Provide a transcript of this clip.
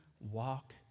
walk